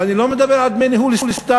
ואני לא מדבר על דמי ניהול סתם,